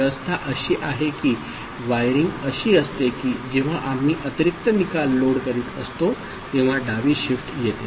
व्यवस्था अशी आहे की वायरिंग अशी असते की जेव्हा आम्ही अतिरिक्त निकाल लोड करीत असतो तेव्हा डावी शिफ्ट येते